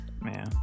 Man